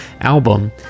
album